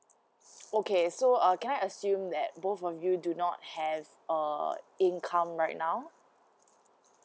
okay so uh can I assume that both of you do not have uh income right now